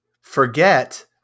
forget